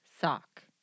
sock